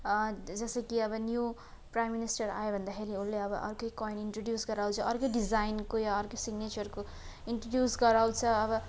जस्तो कि अब न्यु प्राइम मिनिस्टर आयो भन्दाखेरि उसले अब अर्कै कोइन इन्ट्रड्युस गराउँछ अर्कै डिजाइनको या अर्कै सिग्नेचरको इन्ट्रड्युस गराउँछ अब